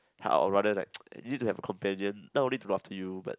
or rather like you need to have a companion not only to look after you but